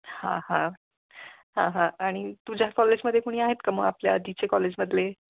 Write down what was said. हां हां हां हां आणि तुझ्या कॉलेजमध्ये कुणी आहेत का मग आपल्या आधीचे कॉलेजमधले